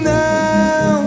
now